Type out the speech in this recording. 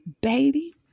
Baby